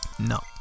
No